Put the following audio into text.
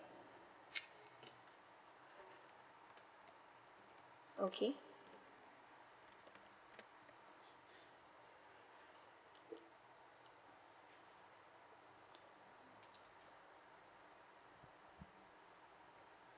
okay